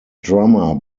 drummer